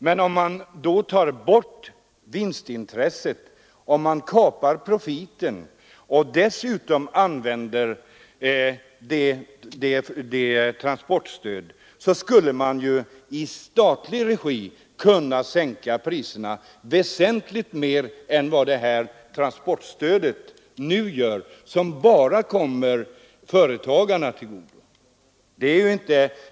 Men om man avskaffar vinstintresset, dvs. kapar bort profiten, och dessutom tillämpar ett transportstöd, skulle man i statlig regi kunna sänka priserna väsentligt mer än genom det nuvarande transportstödet som bara kommer företagarna till godo.